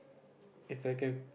If I can